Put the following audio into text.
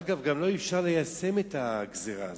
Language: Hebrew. אגב, גם לא אפשר ליישם את הגזירה הזאת.